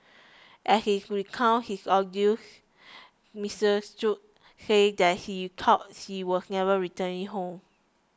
as he's recounted his ordeals Mister Shoo said that he thought he was never returning home